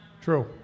True